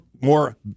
more